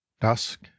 dusk